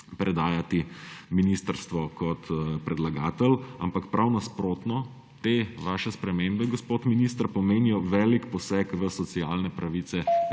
predajati ministrstvo kot predlagatelj, ampak prav nasprotno – te vaše spremembe, gospod minister, pomenijo velik poseg v socialne pravice